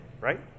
right